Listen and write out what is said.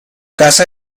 casa